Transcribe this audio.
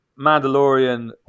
Mandalorian